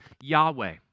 Yahweh